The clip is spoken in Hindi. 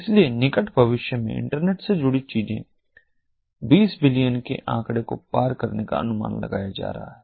इसलिए निकट भविष्य में इंटरनेट से जुड़ी चीजें 20 बिलियन के आंकड़े को पार करने का अनुमान लगाया जा रहा है